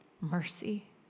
Mercy